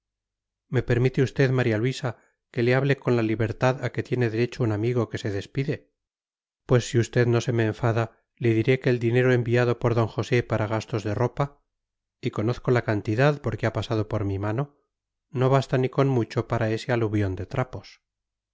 me permite usted maría luisa que le hable con la libertad a que tiene derecho un amigo que se despide pues si usted no se me enfada le diré que el dinero enviado por don josé para gastos de ropa y conozco la cantidad porque ha pasado por mi mano no basta ni con mucho para ese aluvión de trapos